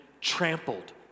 trampled